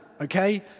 Okay